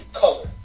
color